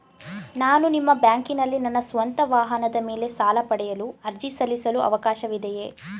ನಾನು ನಿಮ್ಮ ಬ್ಯಾಂಕಿನಲ್ಲಿ ನನ್ನ ಸ್ವಂತ ವಾಹನದ ಮೇಲೆ ಸಾಲ ಪಡೆಯಲು ಅರ್ಜಿ ಸಲ್ಲಿಸಲು ಅವಕಾಶವಿದೆಯೇ?